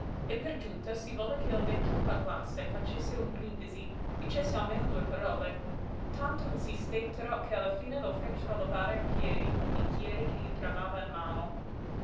e per giunta si volle che il vecchio parlasse facesse un brindisi dicesse almeno due parole tanto insistettero che alla fine lo fecero levare in piedi col bicchiere che gli tremava in mano